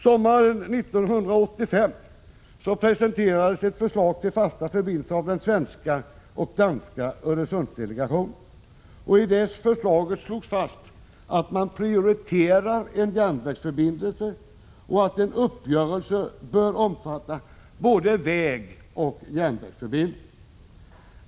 Sommaren 1985 presenterades ett förslag till fasta förbindelser av de svenska och danska Öresundsdelegationerna, och i det förslaget slogs fast att man prioriterade en järnvägsförbindelse och att en uppgörelse borde omfatta både vägoch järnvägsförbindelser.